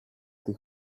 στη